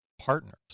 partners